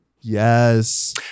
Yes